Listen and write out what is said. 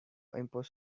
imports